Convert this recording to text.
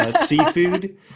seafood